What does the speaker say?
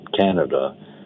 Canada